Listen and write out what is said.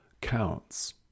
counts